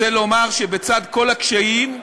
רוצה לומר שבצד כל הקשיים,